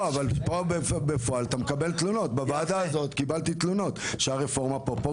אבל בוועדה הזאת קיבלתי תלונות שהרפורמה פה פוגעת.